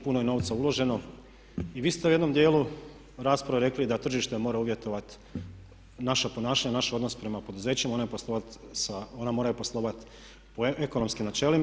Puno je novca uloženo i vi ste u jednom djelu rasprave rekli da tržište mora uvjetovati naše ponašanje, naš odnos prema poduzećima, ona moraju poslovati po ekonomskim načelima.